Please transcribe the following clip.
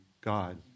God